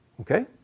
Okay